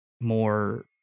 more